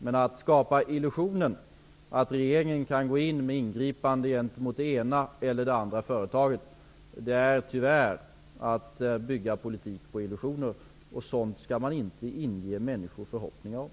Men att hävda att regeringen skall ingripa gentemot det ena eller det andra företaget är tyvärr att bygga en politik på illusioner. Sådant skall man inte inge människor förhoppningar om.